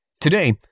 Today